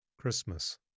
Christmas